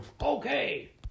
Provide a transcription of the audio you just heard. Okay